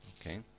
okay